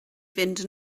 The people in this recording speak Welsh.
fynd